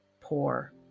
poor